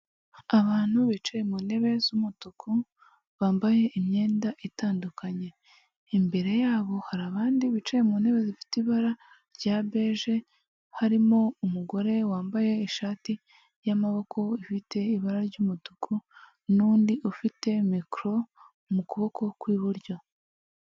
Abantu bicaye mu ntebe z'umutuku bambaye imyenda itandukanye, imbere yabo hari abandi bicaye mu ntebe zifite ibara rya beje harimo umugore wambaye ishati y'amaboko ifite ibara ry'umutuku n'undi ufite mikoro mu kuboko kw'iburyo.